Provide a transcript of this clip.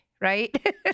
right